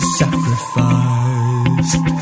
sacrificed